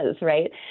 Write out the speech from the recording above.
right